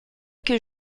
que